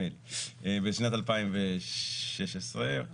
בשנת 2016,